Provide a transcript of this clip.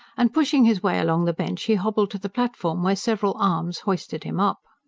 and pushing his way along the bench he hobbled to the platform, where several arms hoisted him up.